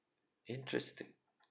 interesting